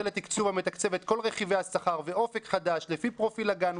לתקצוב המתקצב את כל רכיבי השכר: אופק חדש לפי פרופיל אגן,